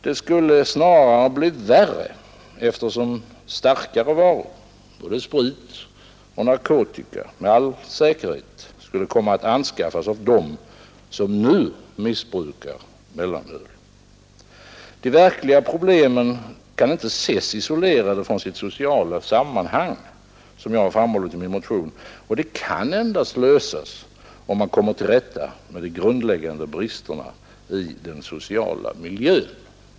Det skulle snarare bli värre då, eftersom starkare varor — både sprit och narkotika — med all säkerhet skulle komma att anskaffas av dem som nu missbrukar mellanöl. De verkliga problemen kan inte ses isolerade från sitt sociala sammanhang, som jag framhållit i min motion, och de kan endast lösas om man kommer till rätta med de grundläggande bristerna i den sociala miljön.